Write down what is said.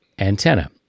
Antenna